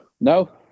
No